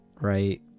right